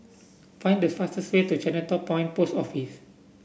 find the fastest way to Chinatown Point Post Office